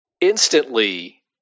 Instantly